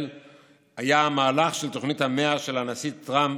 היה המהלך של תוכנית המאה של הנשיא טראמפ,